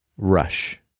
Rush